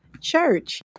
Church